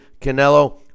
Canelo